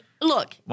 look